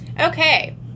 Okay